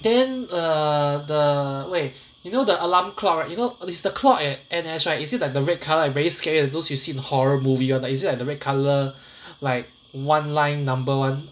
then err the wait you know the alarm clock you know is the clock at N_S right is it like the red color like very scary like those you see in horror movie one like is it like the red colour like one line number one